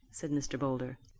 said mr. boulder.